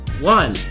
One